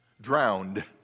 drowned